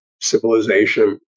civilization